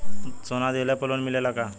सोना दिहला पर लोन मिलेला का?